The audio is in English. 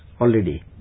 already